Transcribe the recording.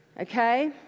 Okay